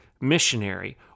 missionary